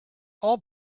all